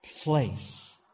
place